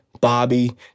Bobby